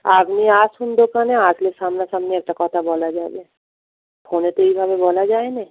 আপনি আসুন দোকানে আসলে সামনাসামনি একটা কথা বলা যাবে ফোনে তো এইভাবে বলা যায় না